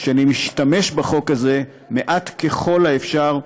שנשתמש בחוק הזה מעט ככל האפשר,